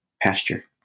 pasture